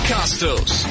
Costos